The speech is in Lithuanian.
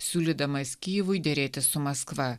siūlydamas kijivui derėtis su maskva